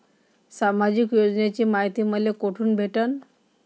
सामाजिक योजनेची मायती मले कोठून भेटनं?